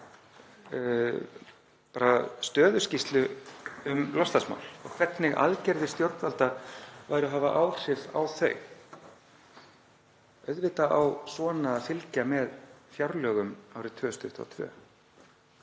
stöðuskýrslu um loftslagsmál og hvernig aðgerðir stjórnvalda væru að hafa áhrif á þau. Auðvitað á svona að fylgja með fjárlögum árið 2022.